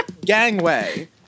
Gangway